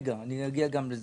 עומד על זה,